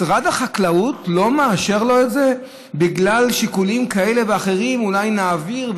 משרד החקלאות לא מאשר לו את זה בגלל שיקולים כאלה ואחרים: אולי נעביר,